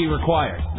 required